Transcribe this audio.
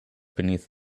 beneath